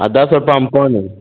आ दश रुपयामे पानि